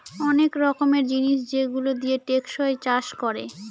অনেক রকমের জিনিস যেগুলো দিয়ে টেকসই চাষ করে